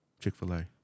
Chick-fil-A